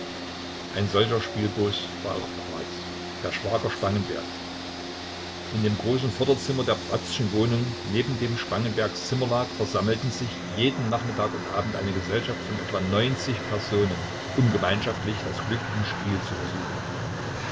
ein solcher spielbooß war auch bratz der schwager spangenbergs in dem großen vorderzimmer der bratzschen wohnung neben dem spangenbergs zimmer lag versammelte sich jeden nachmittag und abend eine gesellschaft von etwa personen um gemeinschaftlich das glück im spiel zu versuchen